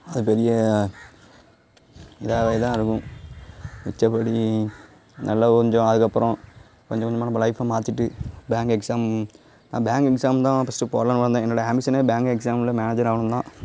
அது பெரிய இதாகவே தான் இருக்கும் மித்தபடி நல்லா கொஞ்சம் அதுக்கப்புறம் கொஞ்சம் கொஞ்சமாக நம்ம லைஃபை மாற்றிட்டு பேங்க் எக்ஸாம் பேங்க் எக்ஸாம் தான் ஃபஸ்ட்டு போகலான் வந்தேன் என்னோடய ஆம்பிஷனே பேங்க் எக்ஸாமில் மேனேஜர் ஆகணும் தான்